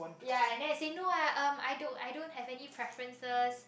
ya and then I say no ah um I don't I don't have any preferences